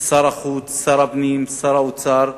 שר החוץ, שר הפנים ושר האוצר,